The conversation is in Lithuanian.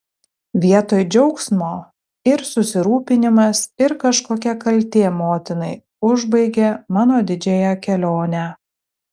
vietoj džiaugsmo ir susirūpinimas ir kažkokia kaltė motinai užbaigė mano didžiąją kelionę